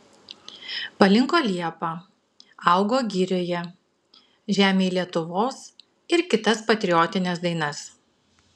palinko liepa augo girioje žemėj lietuvos ir kitas patriotines dainas